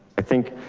i think,